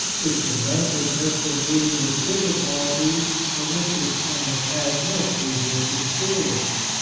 its inventiveness in meeting with difficulties of which it can have had no previous experience,